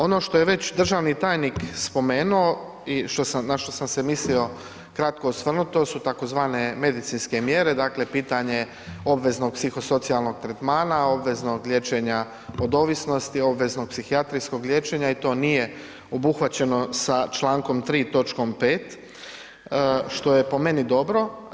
Ono što je već državni tajnik spomenuo i na što sam se mislio kratko osvrnuti, to su tzv. medicinske mjere, dakle pitanje obveznog psihosocijalnog tretmana, obveznog liječenja od ovisnosti, obveznog psihijatrijskog liječenja i to nije obuhvaćeno sa čl. 3, točkom 5, što je meni dobro.